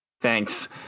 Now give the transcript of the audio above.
Thanks